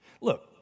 Look